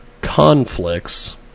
conflicts